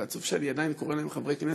ועצוב שאני עדיין קורא להם "חברי כנסת"